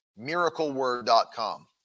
MiracleWord.com